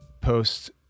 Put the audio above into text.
post